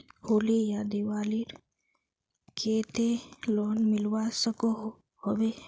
होली या दिवालीर केते लोन मिलवा सकोहो होबे?